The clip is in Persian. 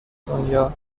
دنیا